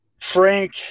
Frank